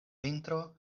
vintro